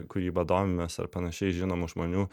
kūryba domimės ar panašiai žinomų žmonių